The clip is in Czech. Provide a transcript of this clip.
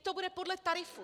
Teď to bude podle tarifů.